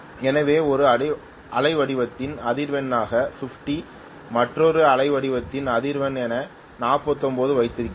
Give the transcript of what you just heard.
எனவே ஒரு அலைவடிவத்தில் அதிர்வெண்ணாக 50 மற்றொரு அலைவடிவத்தில் அதிர்வெண் என 49 வைத்திருக்கிறேன்